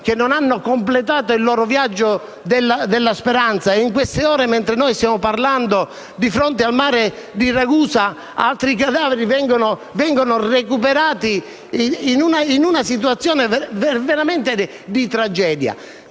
che non hanno completato il loro viaggio della speranza e in queste ore, mentre noi stiamo parlando, di fronte al mare di Ragusa altri cadaveri vengono recuperati in una situazione veramente tragica.